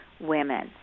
women